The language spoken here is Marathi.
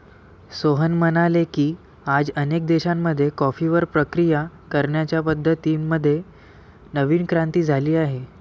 सोहन म्हणाले की, आज अनेक देशांमध्ये कॉफीवर प्रक्रिया करण्याच्या पद्धतीं मध्ये नवीन क्रांती झाली आहे